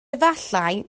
efallai